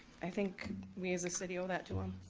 i think we as a city owe that to him.